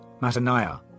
Mataniah